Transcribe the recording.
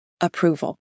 approval